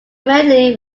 medley